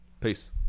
Peace